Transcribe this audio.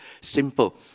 Simple